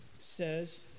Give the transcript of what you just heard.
says